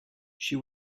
she